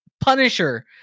punisher